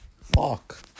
Fuck